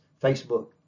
Facebook